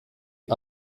pkw